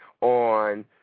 on